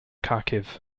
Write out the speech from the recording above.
kharkiv